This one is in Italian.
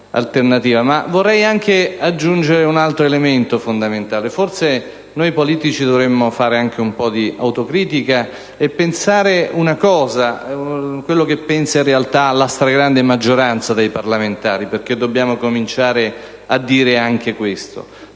Ma voglio aggiungere un altro elemento fondamentale. Forse noi politici dovremmo fare un po' di autocritica e pensare quello che pensa, in realtà, la stragrande maggioranza dei parlamentari (perché dobbiamo cominciare a dire anche questo).